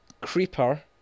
Creeper